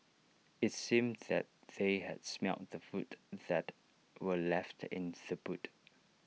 IT seemed that they had smelt the food that were left in the boot